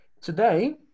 today